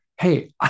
Hey